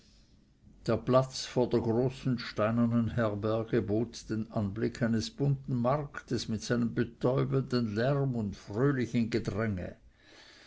der platz vor der großen steinernen herberge bot den anblick eines bunten marktes mit seinem betäubenden lärm und fröhlichen gedränge